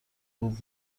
خوب